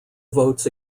votes